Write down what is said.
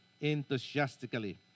enthusiastically